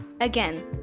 Again